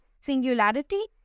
singularity